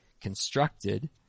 constructed